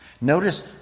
Notice